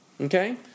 Okay